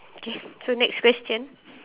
okay so next question